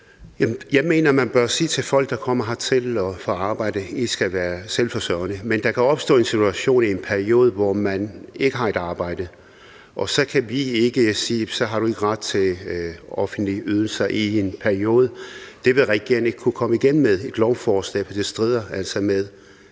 Jeg mener, at man bør sige til folk, der kommer hertil og får arbejde, at de skal være selvforsørgende, men der kan opstå en situation i en periode, hvor man ikke har et arbejde, og så kan vi ikke sige, at man ikke har ret til offentlige ydelser i den periode. Det vil regeringen ikke kunne komme igennem med i et lovforslag, for det strider altså mod